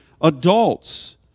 adults